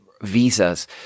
visas